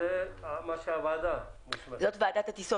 זו ועדת הטיסות.